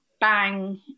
bang